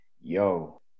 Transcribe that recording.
yo